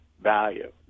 value